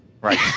Right